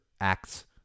acts